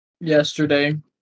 yesterday